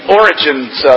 origins